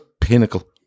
pinnacle